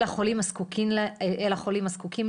אל החולים הזקוקים להן,